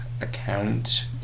account